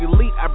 Elite